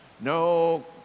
no